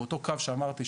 באותו קו שאמרתי,